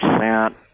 sent